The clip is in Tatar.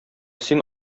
син